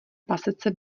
pasece